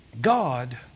God